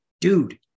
dude